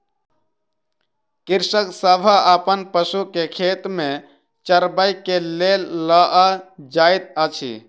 कृषक सभ अपन पशु के खेत में चरबै के लेल लअ जाइत अछि